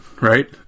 right